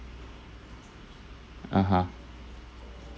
(uh huh)